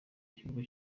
kibuga